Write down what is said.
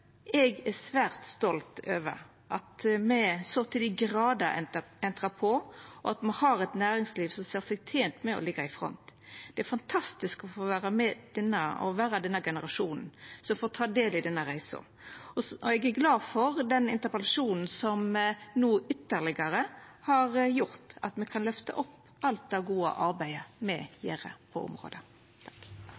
Eg er svært stolt over at me så til dei grader har entra på, og at me har eit næringsliv som ser seg tent med å liggja i front. Det er fantastisk å få vera den generasjonen som får ta del i denne reisa, og eg er glad for denne interpellasjonen, som ytterlegare har gjort at me kan løfta opp alt det gode arbeidet